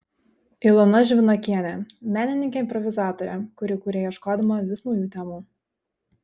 ilona žvinakienė menininkė improvizatorė kuri kuria ieškodama vis naujų temų